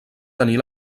tenir